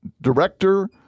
director